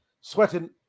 Sweating